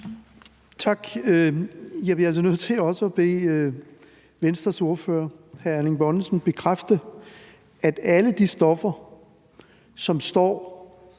Tak. Jeg bliver altså nødt til også at bede Venstres ordfører, hr. Erling Bonnesen, bekræfte, at alle de stoffer, som står